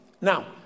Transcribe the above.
Now